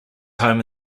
home